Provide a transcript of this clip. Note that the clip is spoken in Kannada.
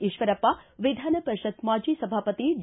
ಈಶ್ವರಪ್ಪ ವಿಧಾನ ಪರಿಷತ್ ಮಾಜಿ ಸಭಾಪತಿ ಡಿ